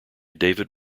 david